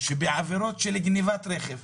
בעבירות של גנבת רכב,